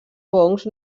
fongs